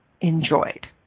enjoyed